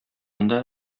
анда